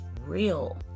real